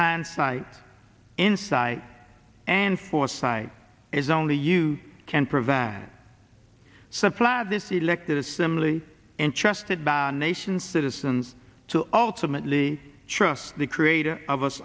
hindsight insight and foresight is only you can provide supply this elected assembly entrusted by our nation citizens to ultimately trust the creator of us